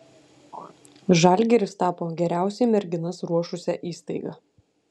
žalgiris tapo geriausiai merginas ruošusia įstaiga